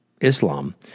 Islam